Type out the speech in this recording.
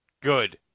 Good